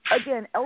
again